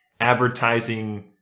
advertising